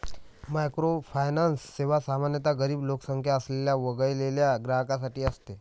microfinance सेवा सामान्यतः गरीब लोकसंख्या असलेल्या वगळलेल्या ग्राहकांसाठी असते